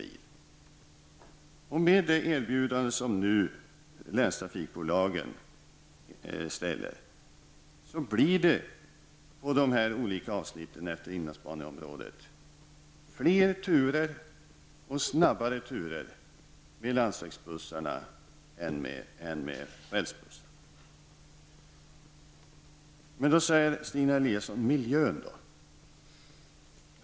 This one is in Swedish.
I och med det erbjudande som länstrafikbolagen har, skulle det på de olika avsnitten i inlandsbaneområdet bli fler och snabbare turer med landsvägsbussar än med rälsbussar. Vidare anför Stina Eliasson miljöskäl.